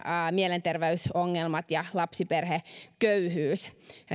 mielenterveysongelmia ja lapsiperheköyhyyttä